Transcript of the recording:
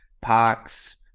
parks